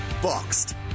Boxed